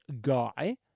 guy